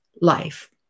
life